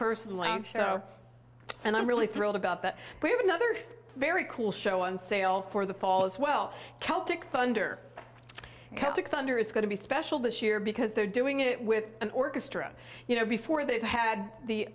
personally so and i'm really thrilled about that we have another just very cool show on sale for the fall as well celtic thunder celtic thunder is going to be special this year because they're doing it with an orchestra you know before they had the